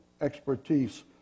expertise